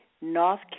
North